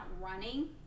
running